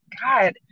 God